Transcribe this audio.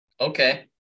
Okay